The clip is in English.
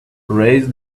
raise